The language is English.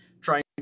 trying